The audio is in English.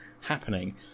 happening